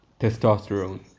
testosterone